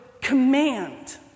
command